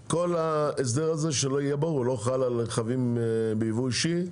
כל ההסדר הזה לא חל על רכבים ביבוא אישי.